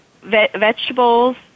vegetables